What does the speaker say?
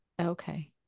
Okay